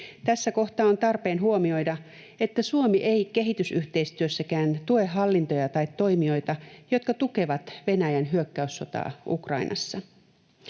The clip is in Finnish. Tässä kohtaa on tarpeen huomioida, että Suomi ei kehitysyhteistyössäkään tue hallintoja tai toimijoita, jotka tukevat Venäjän hyökkäyssotaa Ukrainassa.